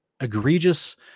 egregious